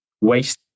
Waste